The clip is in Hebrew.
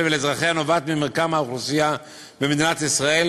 ולאזרחיה נובעת ממרקם האוכלוסייה במדינת ישראל,